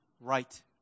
right